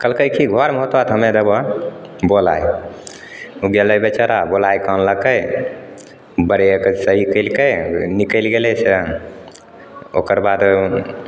कहलकै कि घरमे होतऽ तऽ हमे देबऽ बोलाइ ओ गेलै बेचारा बोलैके अनलकै ब्रेक सही केलकै निकलि गेलै छल ओकरबाद ओ